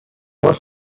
was